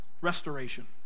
restoration